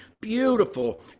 beautiful